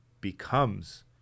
becomes